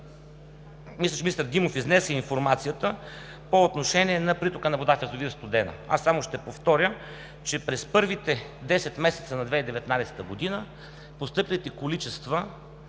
мисля, че министър Димов изнесе информацията по отношение на притока на вода в язовир „Студена“. Аз само ще повторя, че през първите 10 месеца на 2019 г. постъпилите количества